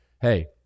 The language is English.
hey